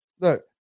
Look